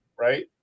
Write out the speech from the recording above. right